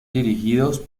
dirigidos